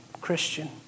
Christian